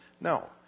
No